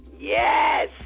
Yes